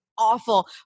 Awful